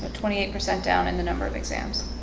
twenty eight percent down in the number of exams